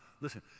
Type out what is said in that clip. listen